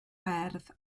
werdd